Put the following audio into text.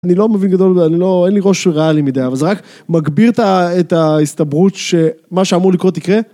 אני לא מבין גדול, אני לא, אין לי ראש ריאלי מדי, אבל זה רק מגביר את ההסתברות שמה שאמור לקרות יקרה.